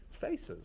Faces